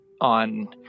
on